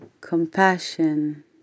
compassion